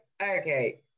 okay